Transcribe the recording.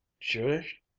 judish?